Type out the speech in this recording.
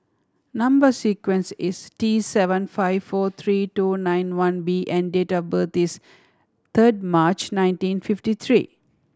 number sequence is T seven five four three two nine one B and date of birth is third March nineteen fifty three